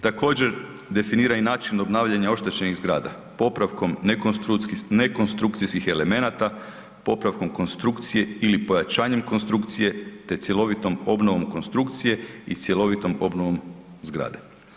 Također, definira i način obnavljanja oštećenih zgrada, popravkom nekonstrukcijskih elemenata, popravkom konstrukcije ili pojačanjem konstrukcije te cjelovitom obnove konstrukcije i cjelovitom obnovom zgrade.